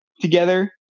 together